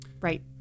Right